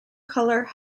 colour